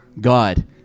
God